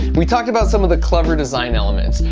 we talked about some of the clever design elements.